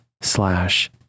slash